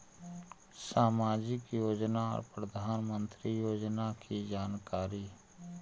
समाजिक योजना और प्रधानमंत्री योजना की जानकारी?